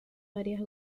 varias